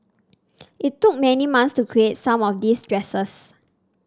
it took many months to create some of these dresses